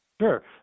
Sure